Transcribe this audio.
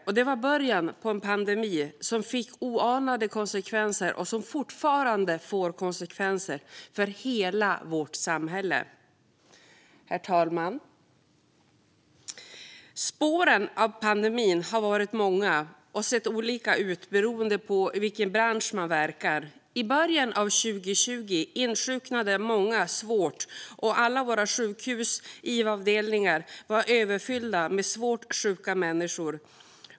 Det var början på en pandemi som fick oanade konsekvenser och som fortfarande får konsekvenser för hela vårt samhälle. Herr talman! Spåren av pandemin har varit många och sett olika ut beroende på i vilken bransch man verkar. I början av 2020 insjuknade många svårt, och alla våra iva-avdelningar på sjukhusen var överfulla med svårt sjuka människor.